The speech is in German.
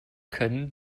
können